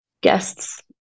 guests